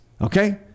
okay